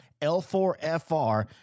L4FR